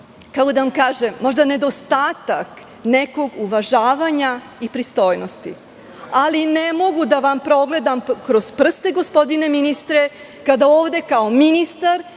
kako da vam kažem, nedostatak nekog uvažavanja i pristojnosti, ali ne mogu da vam progledam kroz prste, gospodine ministre, kada ovde kao ministar